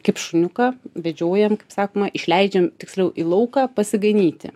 kaip šuniuką vedžiojam kaip sakoma išleidžiam tiksliau į lauką pasiganyti